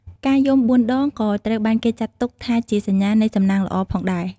ការយំ បួនដង ក៏ត្រូវបានគេចាត់ទុកថាជាសញ្ញានៃសំណាងល្អផងដែរ។